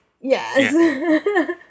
Yes